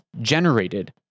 generated